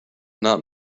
not